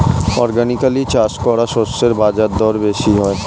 organically চাষ করা শস্যের বাজারদর বেশি হয়